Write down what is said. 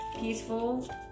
Peaceful